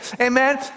amen